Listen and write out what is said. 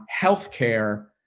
healthcare